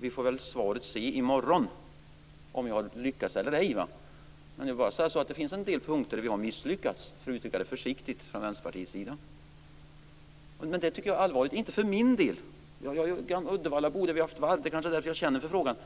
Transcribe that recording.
Vi får väl se i morgon om jag har lyckats eller ej. Jag vill bara säga att det finns en del punkter där vi har misslyckats, för att uttrycka det försiktigt. Jag tycker att detta är allvarligt. Jag är uddevallabo. Där har vi haft varv, och det är kanske därför jag känner för frågan.